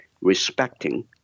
respecting